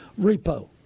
repo